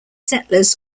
settlers